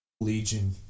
legion